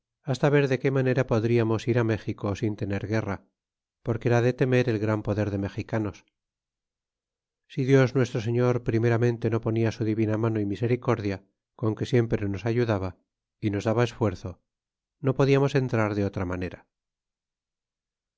hasta ver de que manera podriamos ir á méxico sin tener guerra porque era de temer el gran poder de mexicanos si dios nuestro señor primeramente no ponia su divina mano y misericordia con que siempre nos ayudaba y nos daba esfuerzo no podiamos entrar de otra manera